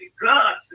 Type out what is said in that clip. God